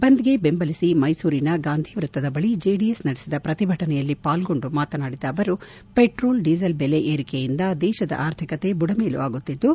ಬಂದ್ ಗೆ ಬೆಂಬಲಿಸಿ ಮೈಸೂರಿನ ಗಾಂಧಿ ವೃತ್ತದ ಬಳಿ ಜೆಡಿಎಸ್ ನಡೆಸಿದ ಪ್ರತಿಭಟನೆಯಲ್ಲಿ ಪಾಲ್ಗೊಂಡು ಮಾತನಾಡಿದ ಅವರು ಪೆಟ್ರೋಲ್ ಡೀಸೆಲ್ ಬೆಲೆ ಏರಿಕೆಯಿಂದ ದೇಶದ ಆರ್ಥಿಕತೆ ಬುಡಮೇಲು ಆಗುತ್ತಿದ್ದು